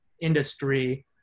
industry